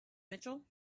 mitchell